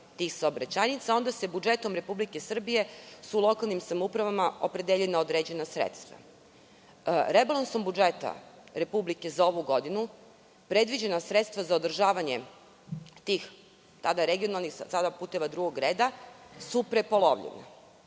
tih saobraćajnica, a onda su budžetom Republike Srbije lokalnim samouprava opredeljena određena sredstva. Rebalansom budžeta Republike za ovu godinu, predviđena sredstva za održavanje tih tada regionalnih, sada puteva drugog reda, su prepolovljena.